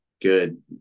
good